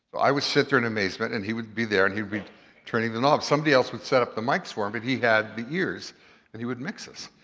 i would sit there in amazement and he would be there and he would be turning the knobs. somebody else would set up the mics for him but he had the ears and he would mix us.